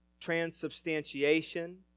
transubstantiation